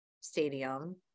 stadium